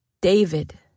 David